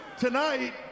Tonight